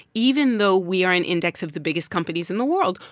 even though we are an index of the biggest companies in the world,